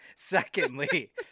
Secondly